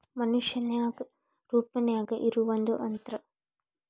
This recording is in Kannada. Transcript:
ಮನಷ್ಯಾನ ರೂಪದಾಗ ಇರು ಒಂದ ಯಂತ್ರ